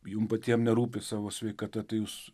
jum patiem nerūpi savo sveikata tai jūs